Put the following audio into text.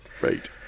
Right